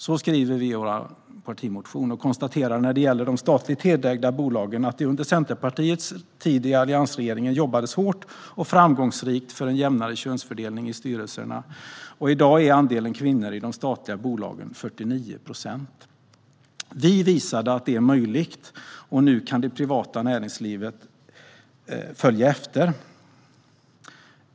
Så skriver vi i vår partimotion och konstaterar, när det gäller de statligt helägda bolagen, att det under Centerpartiets tid i alliansregeringen jobbades hårt och framgångsrikt för en jämnare könsfördelning i styrelserna. I dag är andelen kvinnor i statliga bolag 49 procent. Vi visade att det är möjligt, och nu kan det privata näringslivet följa efter.